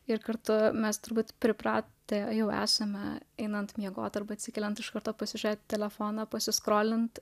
ir kartu mes turbūt pripratę jau esame einant miegoti arba atsikeliant iš karto pasižadėti telefoną pasiskolinti